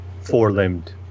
four-limbed